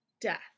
death